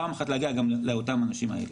פעם אחת גם להגיע לאנשים האלה.